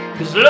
Cause